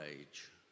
age